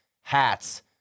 hats